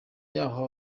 yaho